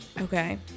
Okay